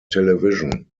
television